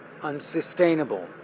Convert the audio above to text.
unsustainable